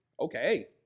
Okay